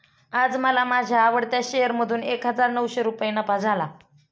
आज मला माझ्या आवडत्या शेअर मधून एक हजार नऊशे रुपये नफा झाला